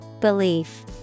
Belief